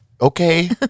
Okay